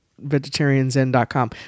vegetarianzen.com